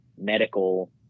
medical